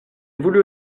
voulut